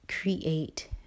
create